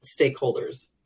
stakeholders